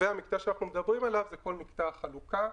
והמקטע שאנחנו מדברים עליו זה כל מקטע החלוקה,